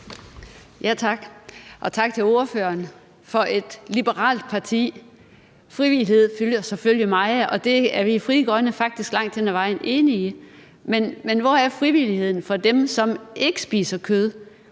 Tak. Og tak til ordføreren for et liberalt parti. Frivillighed fylder selvfølgelig meget, og det er vi i Frie Grønne faktisk langt hen ad vejen enige i. Men hvor er frivilligheden for dem, som ikke spiser kød?